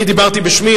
אני דיברתי בשמי,